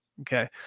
Okay